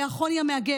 הוא היה חוני המעגל,